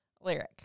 Lyric